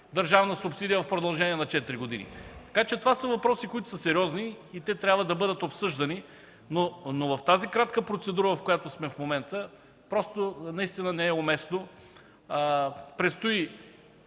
държавна субсидия в продължение на четири години. Така че това са въпроси, които са сериозни и те трябва да бъдат обсъждани, но в кратката процедура, в която сме в момента, наистина не е уместно. Предстои